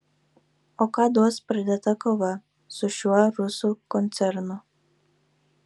o ką duos pradėta kova su šiuo rusų koncernu